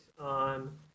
on